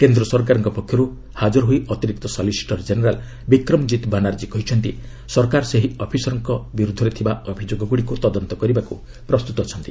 କେନ୍ଦ୍ର ସରକାରଙ୍କ ପକ୍ଷରୁ ହାକର ହୋଇ ଅତିରିକ୍ତ ସଲିସିଟର୍ କେନେରାଲ୍ ବିକ୍ରମଜିତ୍ ବାନାର୍ଜୀ କହିଛନ୍ତି ସରକାର ସେହି ଅଫିସରଙ୍କ ବିରୁଦ୍ଧରେ ଅଭିଯୋଗଗୁଡ଼ିକୁ ତଦନ୍ତ କରିବାକୁ ପ୍ରସ୍ତୁତ ଅଛନ୍ତି